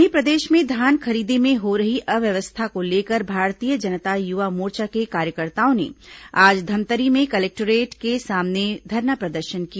वहीं प्रदेश में धान खरीदी में हो रही अव्यवस्था को लेकर भारतीय जनता युवा मोर्चा के कार्यकर्ताओं ने आज धमतरी में कलेक्टोरेट के सामने धरना प्रदर्शन किया